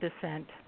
descent